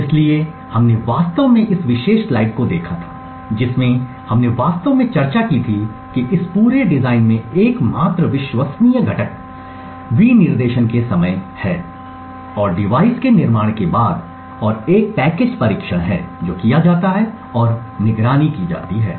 इसलिए हमने वास्तव में इस विशेष स्लाइड को देखा था जिसमें हमने वास्तव में चर्चा की थी कि इस पूरे डिजाइन में एकमात्र विश्वसनीय घटक विनिर्देशन के समय है और डिवाइस के निर्माण के बाद और एक पैकेज्ड परीक्षण है जो किया जाता है और निगरानी की जाती है